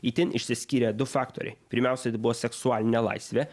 itin išsiskyrė du faktoriai pirmiausia tai buvo seksualinė laisvė